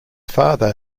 father